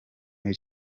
muri